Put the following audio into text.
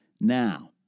now